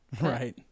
right